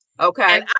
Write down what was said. Okay